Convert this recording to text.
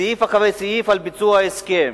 סעיף אחרי סעיף, את ביצוע ההסכם,